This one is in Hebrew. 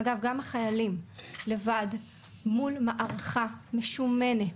אגב, גם החיילים, מול מערכה משומנת,